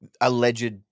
alleged